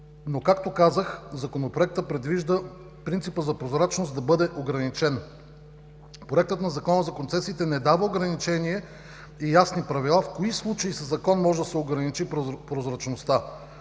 Както казах, Законопроектът предвижда принципът за прозрачност да бъде ограничен. Законопроектът за концесиите не дава ограничение и ясни правила в кои случаи със закон може да се ограничи прозрачността.